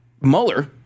Mueller